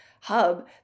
hub